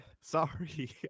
sorry